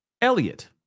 Elliot